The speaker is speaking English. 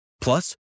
Plus